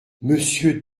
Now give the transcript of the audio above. monsieur